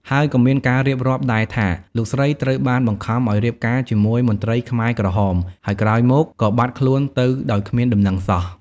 ហើយក៏មានការរៀបរាប់ដែលថា លោកស្រីត្រូវបានបង្ខំឱ្យរៀបការជាមួយមន្ត្រីខ្មែរក្រហម ហើយក្រោយមកក៏បាត់ខ្លួនទៅដោយគ្មានដំណឹងសោះ។